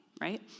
right